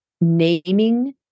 naming